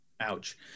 ouch